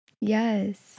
yes